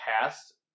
past